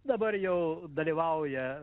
dabar jau dalyvauja